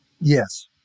Yes